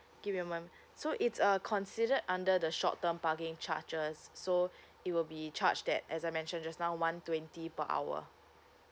give me a moment so it's uh considered under the short term parking charges so it will be charged at as I mentioned just now one twenty per hour